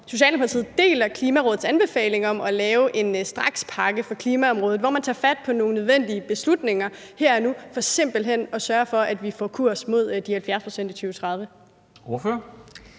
Socialdemokratiet deler Klimarådets anbefalinger om at lave en strakspakke på klimaområdet, hvor man tager fat på nogle nødvendige beslutninger her og nu for simpelt hen at sørge for, at vi har kurs mod de 70 pct. i 2030. Kl.